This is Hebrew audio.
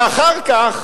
שאחר כך